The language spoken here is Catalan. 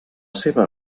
seva